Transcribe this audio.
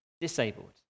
disabled